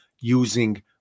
using